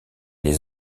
les